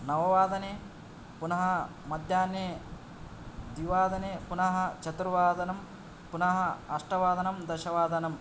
नववादने पुनः मध्याह्ने द्विवादने पुनः चतुर्वादनं पुनः अष्टवादनं दशवादनम्